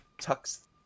tucks